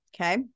Okay